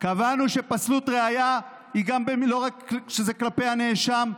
קבענו שפסלות ראיה זה לא רק כלפי הנאשם,